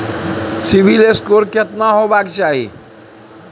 CIBIL score केतना होय चाही?